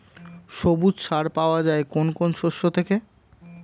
সবুজ সার পাওয়া যায় কোন কোন শস্য থেকে?